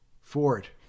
Ford